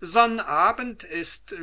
sonnabend ist